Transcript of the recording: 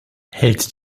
hält